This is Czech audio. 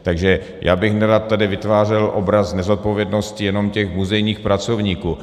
Takže já bych nerad tady vytvářel obraz nezodpovědnosti jenom těch muzejních pracovníků.